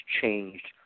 changed